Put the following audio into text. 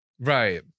Right